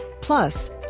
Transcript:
Plus